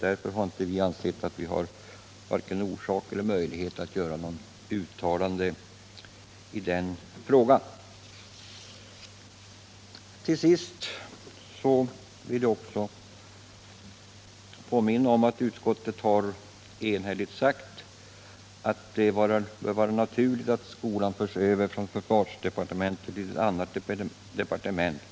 Därför har vi inte ansett oss ha vare sig orsak eller möjlighet att göra något uttalande i den frågan. Till sist vill jag påminna om att utskottet enhälligt förklarat att det bör vara naturligt att skolan förs över från försvarsdepartementet till ett annat departement.